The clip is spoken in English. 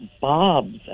Bob's